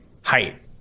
height